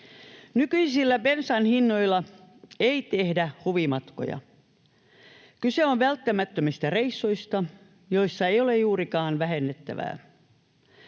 Nykyisillä bensan hinnoilla ei tehdä huvimatkoja — kyse on välttämättömistä reissuista, joissa ei ole juurikaan vähennettävää.